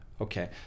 okay